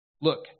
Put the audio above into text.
Look